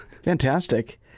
Fantastic